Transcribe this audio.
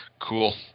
Cool